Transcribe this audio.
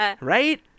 right